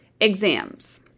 exams